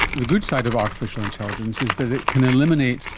the good side of artificial intelligence is that it can eliminate,